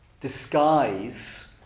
disguise